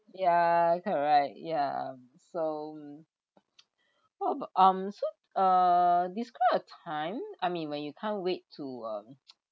ya correct ya so what about um so uh describe a time I mean when you can't wait to um